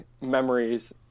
memories